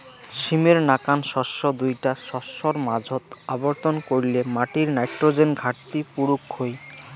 সীমের নাকান শস্য দুইটা শস্যর মাঝোত আবর্তন কইরলে মাটির নাইট্রোজেন ঘাটতি পুরুক হই